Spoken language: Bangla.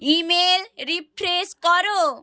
ইমেল রিফ্রেশ করো